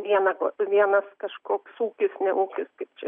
viena ko vienas kažkoks ūkis ne ūkis kaip čia